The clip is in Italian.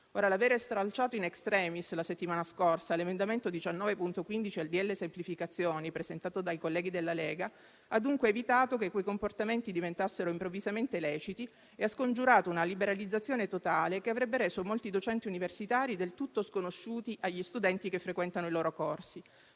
II. L'aver stralciato *in extremis* la settimana scorsa l'emendamento 19.15 al decreto-legge semplificazioni, presentato dai colleghi della Lega, ha dunque evitato che quei comportamenti diventassero improvvisamente leciti ed ha scongiurato una liberalizzazione totale che avrebbe reso molti docenti universitari del tutto sconosciuti agli studenti che frequentano i loro corsi,